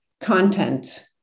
content